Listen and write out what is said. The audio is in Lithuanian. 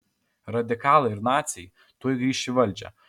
radikalai ir naciai tuoj grįš į valdžią